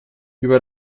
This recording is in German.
über